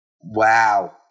Wow